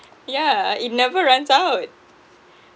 yeah it never runs out